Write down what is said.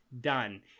done